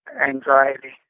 anxiety